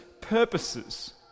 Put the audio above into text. purposes